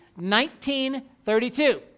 19.32